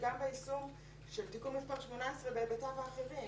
גם ביישום של תיקון מס' 18 בהיבטיו האחרים,